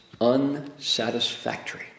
unsatisfactory